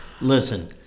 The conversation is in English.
Listen